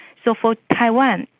so for taiwan,